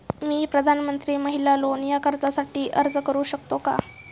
मी प्रधानमंत्री महिला लोन या कर्जासाठी अर्ज करू शकतो का?